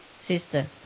sister